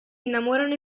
innamorano